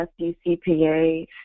SDCPA